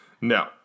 No